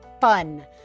fun